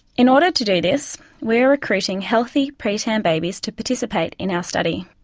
in order to do this we are recruiting healthy preterm babies to participate in our study.